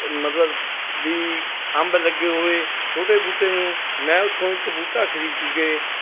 ਮਤਲਬ ਵੀ ਅੰਬ ਲੱਗੇ ਹੋਏ ਛੋਟੇ ਬੂਟੇ ਨੂੰ ਮੈਂ ਉੱਥੋਂ ਇੱਕ ਬੂਟਾ ਖ਼ਰੀਦ ਕੇ